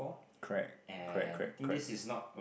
correct correct correct correct